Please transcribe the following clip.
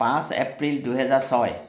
পাঁচ এপ্ৰিল দুহেজাৰ ছয়